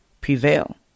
prevail